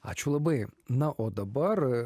ačiū labai na o dabar